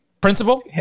Principal